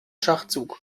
schachzug